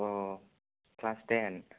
class थेन